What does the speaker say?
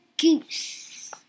Goose